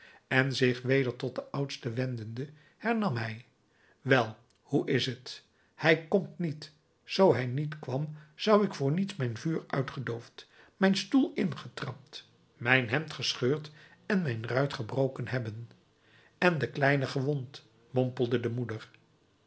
en zich weder tot de oudste wendende hernam hij wel hoe is t hij komt niet zoo hij niet kwam zou ik voor niets mijn vuur uitgedoofd mijn stoel ingetrapt mijn hemd gescheurd en mijn ruit gebroken hebben en de kleine gewond mompelde de moeder